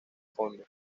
fondo